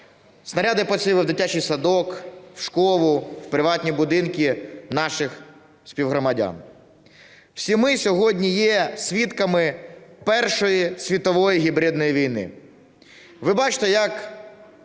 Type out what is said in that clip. Снаряди поцілили в дитячий садок, в школу, в приватні будинки наших співгромадян. Всі ми сьогодні є свідками першої світової гібридної війни. Ви бачите, як